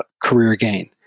ah career gain.